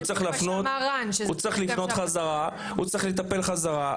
הוא צריך לפנות חזרה, הוא צריך לטפל חזרה.